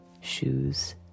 Shoes